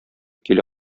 килә